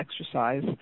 exercise